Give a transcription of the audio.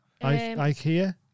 Ikea